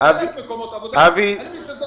אתה לא